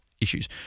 issues